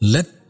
Let